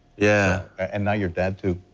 yeah and now you're dad to